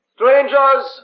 Strangers